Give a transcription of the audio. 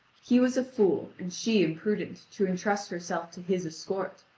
he was a fool, and she imprudent to entrust herself to his escort.